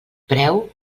preu